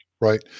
Right